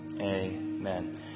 Amen